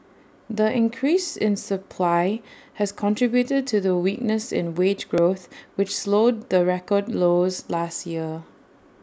the increase in supply has contributed to the weakness in wage growth which slowed the record lows last year